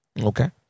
Okay